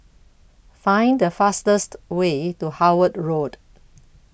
Find The fastest Way to Howard Road